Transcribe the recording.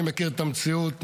אני מכיר את המציאות,